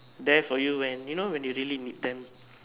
there for you when you know when you really need them